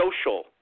social